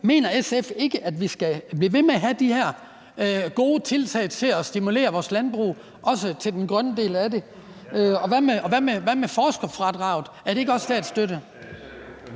Mener SF ikke, at vi skal blive ved med at have de her gode tiltag til at stimulere vores landbrug, også til den grønne del af det? Og hvad med forskerfradraget? Er det ikke også statsstøtte?